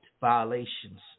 violations